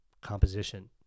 composition